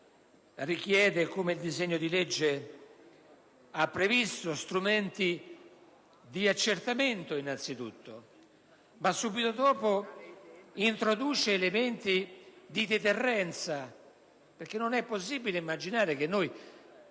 richiede, come il disegno di legge ha previsto, strumenti di accertamento, innanzitutto; ma subito dopo si introducono elementi di deterrenza, perché non è possibile immaginare che noi